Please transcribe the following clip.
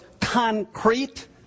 concrete